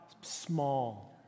small